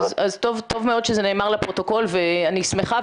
טוב מאוד שזה נאמר לפרוטוקול ואני שמחה,